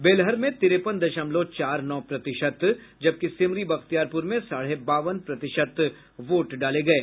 बेलहर में तिरेपन दशमलव चार नौ प्रतिशत जबकि सिमरी बख्तियारपुर में साढ़े बावन प्रतिशत वोट डाले गये